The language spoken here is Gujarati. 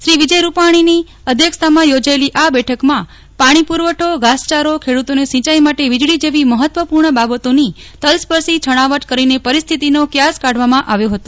શ્રી વિજયભાઈ રૂપાજીની અધ્યક્ષતામાં યોજાયેલી આ બેઠકમાં પાજી પુરવઠો ઘાસચારો ખેડૂતોને સિંચાઇ માટે વીજળી જેવી મહત્વપૂર્ણ બાબતોની તલસ્પર્શી છણાવટ કરીને પરિસ્થિતીનો ક્યાસ કાઢવામાં આવ્યો હતો